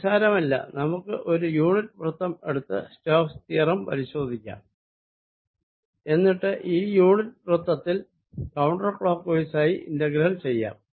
ഇത് നിസ്സാരമല്ല നമുക്ക് ഒരു യൂണിറ്റ് വൃത്തം എടുത്ത് സ്റ്റോക്സ് തിയറം പരിശോധിക്കാം എന്നിട്ട് ഈ യൂണിറ്റ് വൃത്തത്തിൽ കൌണ്ടർ ക്ലോക്ക് വൈസായി ഇന്റഗ്രൽ കണക്കാക്കാം